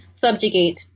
subjugate